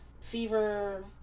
Fever